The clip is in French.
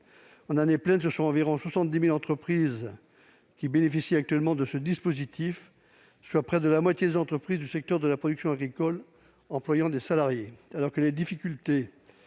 En année pleine, ce sont environ 70 000 entreprises qui bénéficient actuellement de ce dispositif, soit près de la moitié des entreprises du secteur de la production agricole employant des salariés.